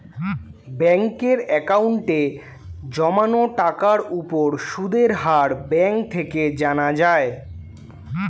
ব্যাঙ্কের অ্যাকাউন্টে জমানো টাকার উপর সুদের হার ব্যাঙ্ক থেকে জানা যায়